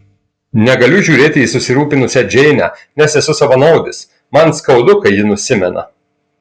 negaliu žiūrėti į susirūpinusią džeinę nes esu savanaudis man skaudu kai ji nusimena